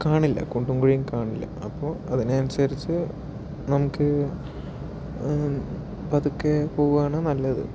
കാണില്ല കുണ്ടും കുഴിയും കാണില്ല അപ്പോൾ അതിനനുസരിച്ച് നമുക്ക് പതുക്കെ പോകുകയാണ് നല്ലത്